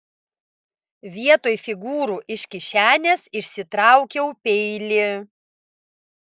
vietoj figūrų iš kišenės išsitraukiau peilį